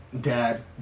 dad